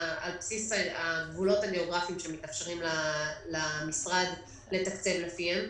הגבולות הגאוגרפיים שמתאפשרים למשרד לתקצב לפיהם,